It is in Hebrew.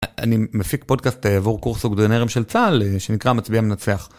אני מפיק פודקאסט עבור קורס אוגדונרים של צהל שנקרא המצביא המנצח.